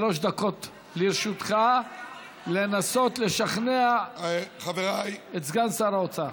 שלוש דקות לרשותך לנסות לשכנע את סגן שר האוצר.